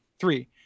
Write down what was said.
Three